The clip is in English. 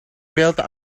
built